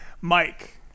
Mike